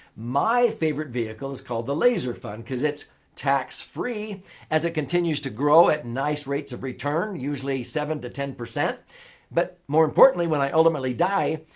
my favorite vehicle is called the laser fund because it's tax-free as it continues to grow at nice rates of return usually seven to ten. but more importantly when i ultimately die,